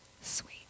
sweet